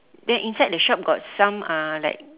then inside the shop got some uh like